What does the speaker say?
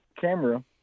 camera